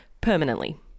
Permanently